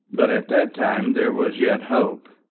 but at that time there was yet hope.